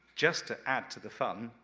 just to add to the fun,